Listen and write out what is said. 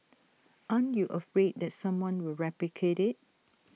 aren't you afraid that someone will replicate IT